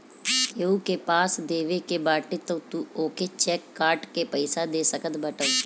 केहू के पईसा देवे के बाटे तअ तू ओके चेक काट के पइया दे सकत बाटअ